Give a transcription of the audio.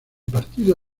partido